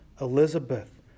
Elizabeth